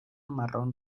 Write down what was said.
marrón